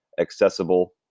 accessible